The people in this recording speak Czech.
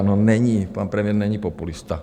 No není, pan premiér není populista.